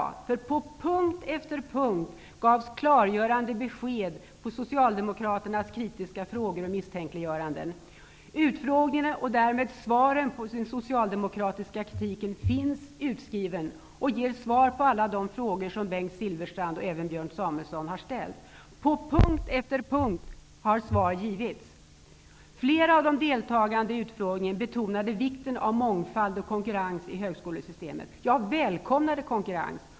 På punkt efter punkt gavs klargörande besked på Socialdemokraternas kritiska frågor och misstänkliggöranden. Utfrågningen, och därmed svaren på den socialdemokratiska kritiken, finns utskriven och ger svar på de alla frågor som Bengt Silfverstrand och Björn Samuelson har ställt. På punkt efter punkt har svar givits. Flera av de deltagande i utfrågningen betonade vikten av mångfald och av konkurrens i högskolesystemet -- ja, välkomnade konkurrens.